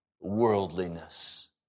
worldliness